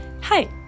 Hi